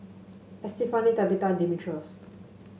Estefany Tabitha Dimitrios